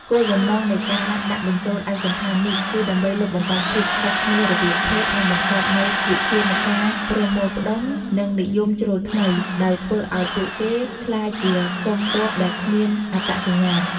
គោលបំណងនៃការដាក់បញ្ចូលឯកសណ្ឋាននេះគឺដើម្បីលុបបំបាត់ភាពខុសគ្នារវាងភេទ និងបង្កប់នូវវិធានការប្រមូលផ្តុំ និងនិយមជ្រុលថ្មី ដោយធ្វើឱ្យពួកគេក្លាយជាកងទ័ពដែលគ្មានអត្តសញ្ញាណ។